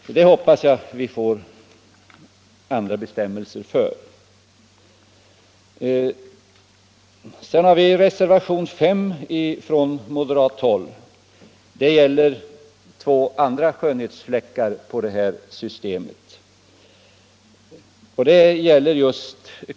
Jag hoppas att vi får andra bestämmelser i det här avseendet. Reservationen 5, från moderat håll, gäller två andra skönhetsfläckar på det här systemet.